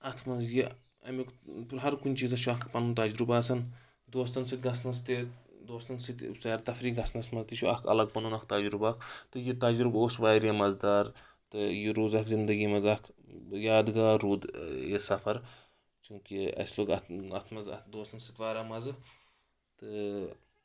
اتھ منٛز یہِ امیُک ہر کُنہِ چیٖزس چھُ اکھ پنُن تجرُبہٕ آسن دۄستن سۭتۍ گژھنس تہِ دوستن سۭتۍ سیر تفریٖح گژھنس منٛز تہِ چھُ اکھ الگ پنُن اکھ تجرُبہٕ اکھ تہٕ یہِ تجرُبہٕ اوس واریاہ مزٕ دار تہٕ یہِ روٗز اکھ زندگی منٛز اکھ یادگار روٗد یہِ سفر چوٗنٛکہِ اسہِ لوٚگ اتھ اتھ منٛز اتھ دوستن سۭتۍ واریاہ مزٕ تہٕ